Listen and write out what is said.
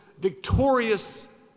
victorious